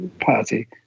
party